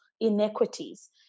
inequities